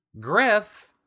Griff